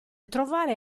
trovare